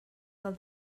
del